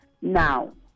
Now